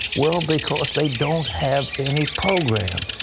well, because they don't have any program.